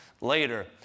later